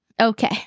Okay